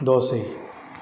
dosa